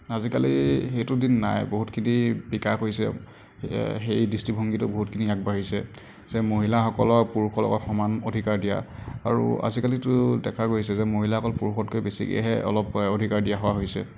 আজিকালি সেইটো দিন নাই বহুতখিনি বিকাশ হৈছে সেই দৃষ্টিভংগীটো বহুতখিনি আগবাঢ়িছে যে মহিলাসকলক পুৰুষৰ লগত সমান অধিকাৰ দিয়া আৰু আজিকালিটো দেখা গৈছে যে মহিলাসকল পুৰুষতকৈ বেছিকৈহে অলপ অধিকাৰ দিয়া হোৱা হৈছে